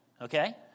okay